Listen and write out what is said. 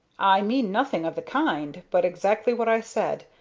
i mean nothing of the kind, but exactly what i said,